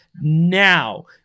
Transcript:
now